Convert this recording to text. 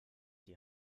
die